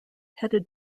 headed